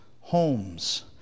homes